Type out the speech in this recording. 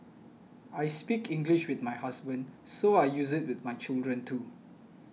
I speak English with my husband so I use it with my children too